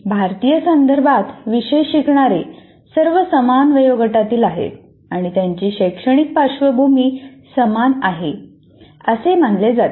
भारतीय संदर्भात विषय शिकणारे सर्व समान वयोगटातील आहेत आणि त्यांची शैक्षणिक पार्श्वभूमी समान आहे असे मानले जाते